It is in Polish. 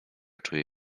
czuje